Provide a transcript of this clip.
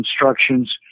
instructions